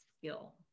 skill